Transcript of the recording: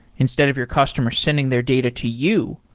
instead of your customer sending their data to you,